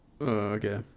okay